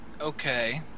Okay